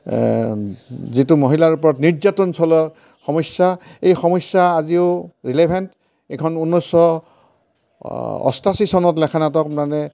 যিটো মহিলাৰ ওপৰত নিৰ্যাতন চলোৱা সমস্যা এই সমস্যা আজিও ৰিলেভেণ্ট এইখন ঊনৈছশ অষ্টাশী চনত লেখা নাটক মানে